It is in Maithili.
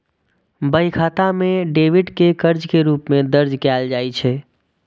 बही खाता मे डेबिट कें कर्ज के रूप मे दर्ज कैल जाइ छै